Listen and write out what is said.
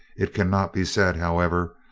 it cannot be said, however,